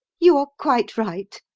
you are quite right,